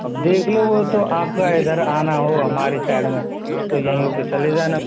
अब देख लो वो तो आपका इधर आना हो हमारी साइड में तो यहीं हो के चले जाना